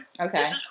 Okay